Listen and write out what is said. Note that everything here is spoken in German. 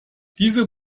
diese